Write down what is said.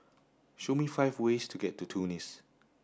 show me five ways to get to Tunis